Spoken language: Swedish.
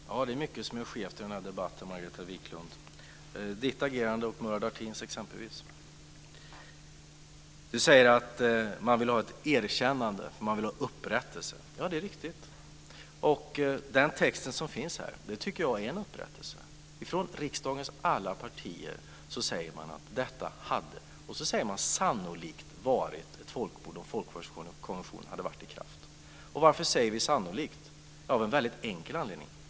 Fru talman! Ja, det är mycket som är skevt i den här debatten, Margareta Viklund, exempelvis Margareta Viklunds och Murad Artins agerande. Margareta Viklund säger att man vill ha erkännande och upprättelse. Ja, det är riktigt, och jag tycker att den text som finns här innebär en upprättelse. Alla riksdagens partier uttalar att detta sannolikt hade varit ett folkmord om folkmordskonventionen hade varit i kraft. Varför säger vi "sannolikt"? Jo, av en väldigt enkel anledning.